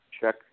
check